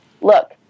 look